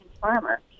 farmer